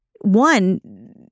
one